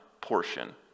portion